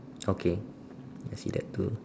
okay I see that too